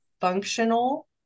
functional